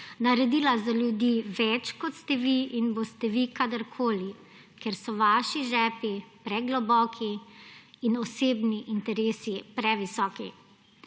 naredila za ljudi več kot ste vi in boste vi kadarkoli, ker so vaši žepi pregloboki in osebni interesi previsoki.